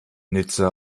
nizza